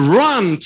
run